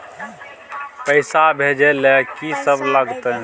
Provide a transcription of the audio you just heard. पैसा भेजै ल की सब लगतै?